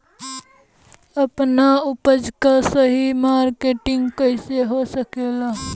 आपन उपज क सही मार्केटिंग कइसे हो सकेला?